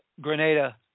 Grenada